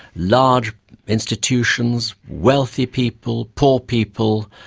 large institutions, wealthy people, poor people,